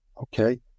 Okay